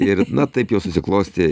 ir na taip jau susiklostė